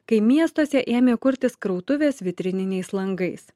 kai miestuose ėmė kurtis krautuvės vitrininiais langais